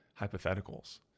hypotheticals